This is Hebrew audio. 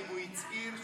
לחיילים